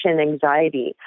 anxiety